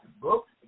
books